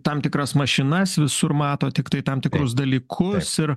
tam tikras mašinas visur mato tiktai tam tikrus dalykus ir